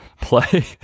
play